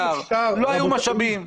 'לא היו משאבים'.